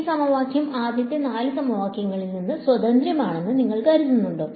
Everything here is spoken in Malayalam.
ഈ സമവാക്യം ആദ്യത്തെ നാല് സമവാക്യങ്ങളിൽ നിന്ന് സ്വതന്ത്രമാണെന്ന് നിങ്ങൾ കരുതുന്നുണ്ടോ